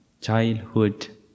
childhood